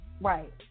Right